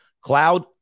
Cloud